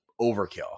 overkill